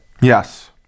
Yes